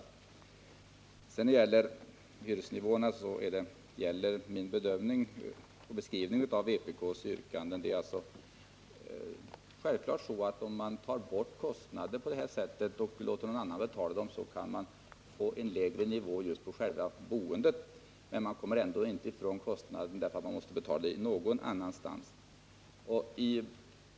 Vad sedan beträffar hyresnivån gäller fortfarande min bedömning och beskrivning av vpk:s yrkanden. Om man tar bort kostnader på det här sättet och låter någon annan betala dem kan man självfallet få en lägre kostnadsnivå just för själva boendet — men man kommer ändå inte ifrån kostnaden, eftersom man måste betala den någon annanstans.